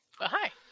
Hi